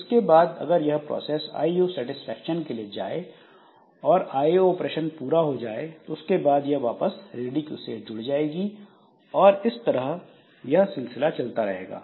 इसके बाद अगर यह process IO satisfaction IO satisfaction के लिए जाए और आईओ ऑपरेशन हो जाए तो उसके बाद यह वापस रेडी क्यू से जुड़ जाएगी और इस प्रकार यह सिलसिला चलता रहेगा